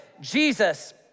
Jesus